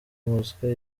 moscow